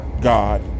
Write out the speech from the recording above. God